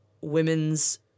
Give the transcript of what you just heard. women's